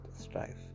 strife